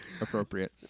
appropriate